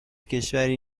کشوری